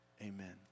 Amen